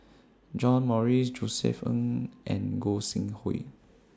John Morrice Josef Ng and Gog Sing Hooi